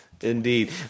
Indeed